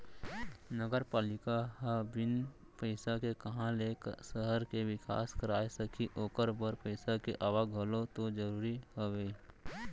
नगरपालिका ह बिन पइसा के काँहा ले सहर के बिकास कराय सकही ओखर बर पइसा के आवक घलौ तो जरूरी हवय